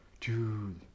dude